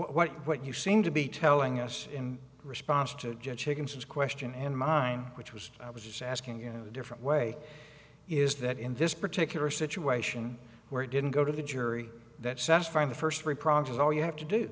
what what you seem to be telling us in response to judge chickens is question and mine which was i was just asking you know a different way is that in this particular situation where it didn't go to the jury that satisfy the first three projects all you have to do